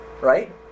right